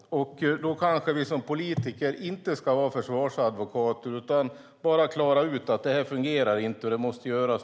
Vi politiker kanske inte ska vara försvarsadvokater utan klara ut att detta inte fungerar och att något måste göras.